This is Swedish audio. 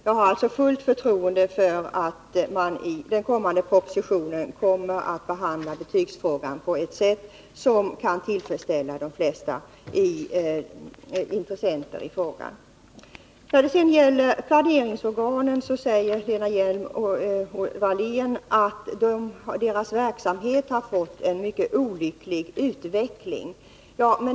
Jag har alltså fullt förtroende för att man i den kommande propositionen kommer att behandla betygsfrågan på ett sätt som kan tillfredsställa de flesta intressenter i frågan. När det sedan gäller planeringsorganen säger Lena Hjelm-Wallén att deras verksamhet har fått en mycket olycklig utveckling.